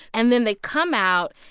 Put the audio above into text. and then they come out.